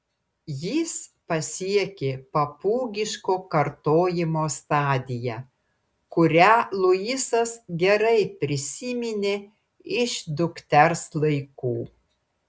jis pasiekė papūgiško kartojimo stadiją kurią luisas gerai prisiminė iš dukters laikų